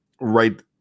right